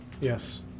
Yes